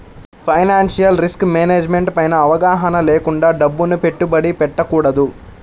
financial risk management పైన అవగాహన లేకుండా డబ్బుని పెట్టుబడి పెట్టకూడదు